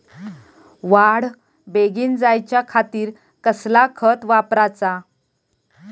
वाढ बेगीन जायच्या खातीर कसला खत वापराचा?